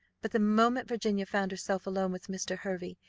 but the moment virginia found herself alone with mr. hervey,